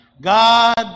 God